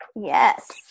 Yes